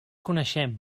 coneixem